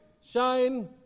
Shine